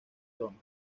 aroma